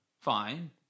fine